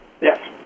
Yes